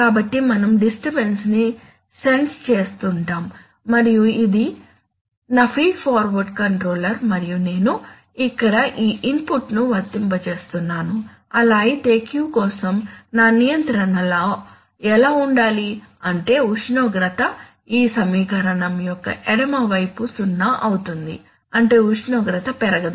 కాబట్టి మనం డిస్టర్బన్స్ ని సెన్స్ చేస్తుంటాం మరియు ఇది నా ఫీడ్ఫార్వర్డ్ కంట్రోలర్ మరియు నేను ఇక్కడ ఈ ఇన్పుట్ను వర్తింపజేస్తున్నాను అలా అయితే Q కోసం నా నియంత్రణ లా ఎలా ఉండాలి అంటే ఉష్ణోగ్రత ఈ సమీకరణం యొక్క ఎడమ వైపు సున్నా అవుతుంది అంటే ఉష్ణోగ్రత పెరగదు